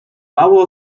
mało